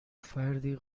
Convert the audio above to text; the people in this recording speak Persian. فردی